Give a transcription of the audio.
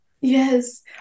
Yes